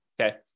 okay